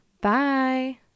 bye